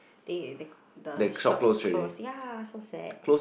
they they the shop close ya so sad